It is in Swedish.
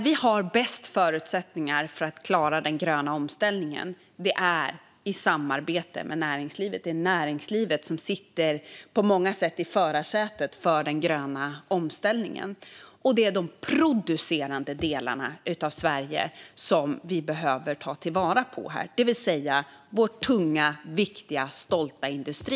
Vi har bäst förutsättningar att klara den gröna omställningen i samarbete med näringslivet. Det är näringslivet som på många sätt sitter i förarsätet för den gröna omställningen, och det är de producerande delarna av Sverige som vi behöver ta till vara: vår tunga, viktiga, stolta industri.